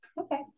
okay